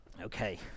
Okay